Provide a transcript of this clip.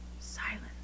silence